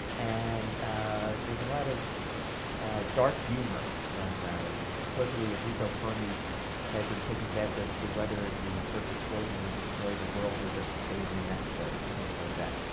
and there's a lot of dark humor going around. and and supposedly, enrico fermi had been taking bets as to whether the first explosion would destroy the world, or just the state of new mexico, or things like that.